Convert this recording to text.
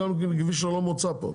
לכביש ללא מוצא.